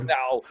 now